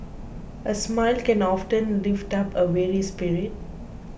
a smile can often lift up a weary spirit